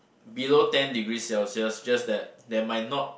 below ten degree celsius just that there might not